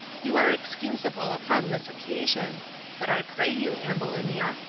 you are excusable upon this occasion but i pray you, ambulinia,